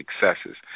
successes